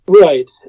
Right